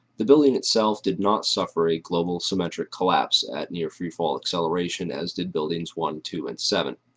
the building itself did not suffer a global symmetric collapse at near free fall acceleration, as did buildings one, two, and seven.